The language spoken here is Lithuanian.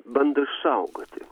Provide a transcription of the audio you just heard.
bando išsaugoti